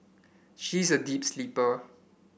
he is a deep sleeper